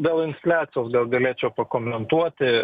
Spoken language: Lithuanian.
dėl infliacijos gal galėčiau pakomentuoti